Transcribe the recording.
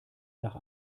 nach